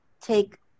take